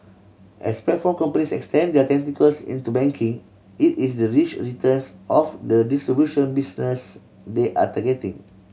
as platform companies extend their tentacles into banking it is the rich returns of the distribution business they are targeting